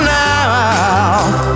now